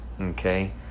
okay